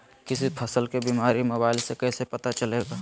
किसी फसल के बीमारी मोबाइल से कैसे पता चलेगा?